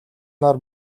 нар